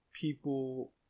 people